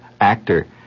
actor